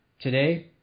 today